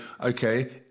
okay